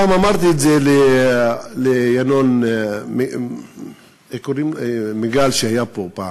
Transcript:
פעם אמרתי את זה לינון מגל שהיה פה פעם.